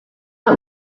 out